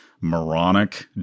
moronic